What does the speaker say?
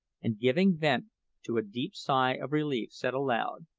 and giving vent to a deep sigh of relief, said aloud,